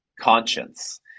conscience